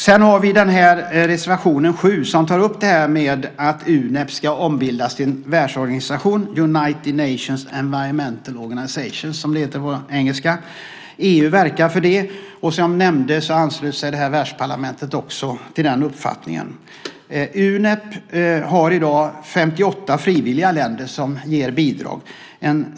Sedan har vi reservation 7 där man tar upp att Unep ska ombildas till en världsorganisation, United Nations Environment Organization. EU verkar för det. Som jag nämnde anslöt sig världsparlamentet också till den uppfattningen. Unep har i dag 58 länder som frivilligt ger bidrag.